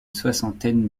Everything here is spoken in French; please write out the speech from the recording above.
soixantaine